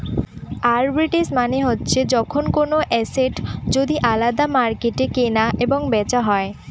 arbitrage মানে হচ্ছে যখন কোনো এসেট যদি আলাদা মার্কেটে কেনা এবং বেচা হয়